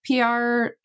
PR